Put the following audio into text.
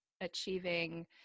achieving